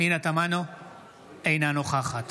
אינה נוכחת